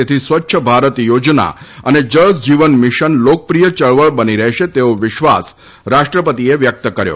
તેથી સ્વચ્છ ભારત યોજના અને જળ જીવન મિશન લોકપ્રિય યળવળ બની રહેશે તેવો વિશ્વાસ રાષ્ટ્રપતિએ વ્યકત કર્યો